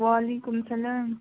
وعلیکُم سَلام